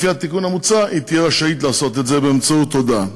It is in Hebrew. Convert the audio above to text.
לפי התיקון המוצע היא תהיה רשאית לעשות את זה באמצעות הודעה.